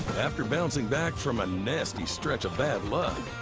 after bouncing back from a nasty stretch of bad luck.